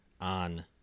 on